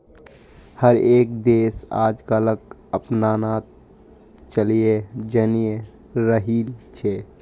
हर एक देश आजकलक अपनाता चलयें जन्य रहिल छे